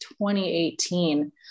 2018